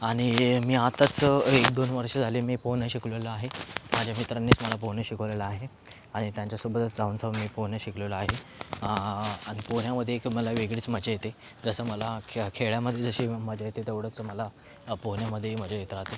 आणि मी आताच एक दोन वर्षे झाली मी पोहणं शिकलेलो आहे माझ्या मित्रांनीच मला पोहणं शिकवलेलं आहे आणि त्यांच्या सोबतच जाऊन जाऊन मी पोहणं शिकलेलो आहे पोहण्यामध्ये एक मला वेगळीच मजा येते जसं मला खेळा खेळामध्ये जशी मजा येते तेवढेच मला पोहण्यामध्ये ही मजा येत राहते